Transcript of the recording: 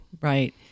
Right